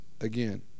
again